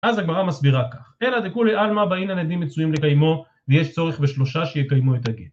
אז הגמרא מסבירה כך: אלא דכולי עלמא והנה נדים מצויים לקיימו ויש צורך בשלושה שיקיימו את הגט